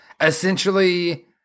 essentially